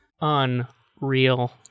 unreal